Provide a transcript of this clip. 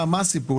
מה הסיפור?